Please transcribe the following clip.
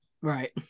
right